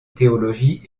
théologie